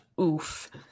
oof